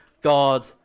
God